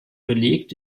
belegt